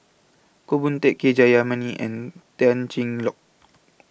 Koh Hoon Teck K Jayamani and Tan Cheng Lock